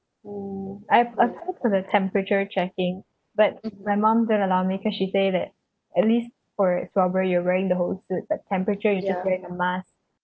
oh I've I for the temperature checking but my mum don't allow me cause she say that at least for february you're wearing the whole suit but temperature you're just wearing the mask